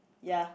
ya